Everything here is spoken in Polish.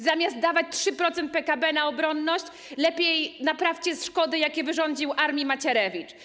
Zamiast dawać 3% PKB na obronność lepiej naprawcie szkody, jakie wyrządził armii Macierewicz.